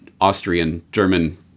Austrian-German